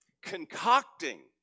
Concocting